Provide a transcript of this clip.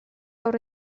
awr